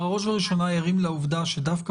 בראש ובראשונה אנחנו ערים לעובדה שדווקא